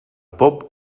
pop